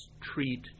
treat